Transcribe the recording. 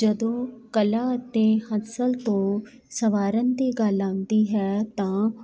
ਜਦੋਂ ਕਲਾ ਅਤੇ ਹਸਤ ਤੋਂ ਸੰਵਾਰਨ ਦੀ ਗੱਲ ਆਉਂਦੀ ਹੈ ਤਾਂ